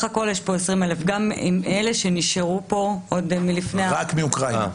גם אלה שנשארו פה עוד מלפני ה --- רק מאוקראינה.